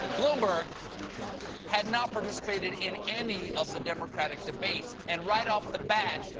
bloomberg had not participated in any of the democratic debates. and right off the bat,